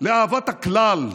לאהבת הכלל,